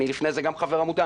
לפני זה אני גם חבר עמותה